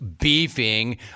beefing